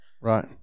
Right